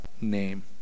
name